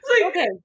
Okay